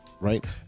Right